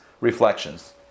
reflections